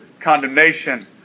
condemnation